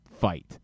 Fight